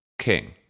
king